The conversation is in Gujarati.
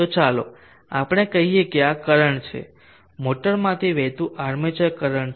તો ચાલો આપણે કહીએ કે આ કરંટ છે મોટરમાંથી વહેતું આર્મેચર કરંટ છે